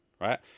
Right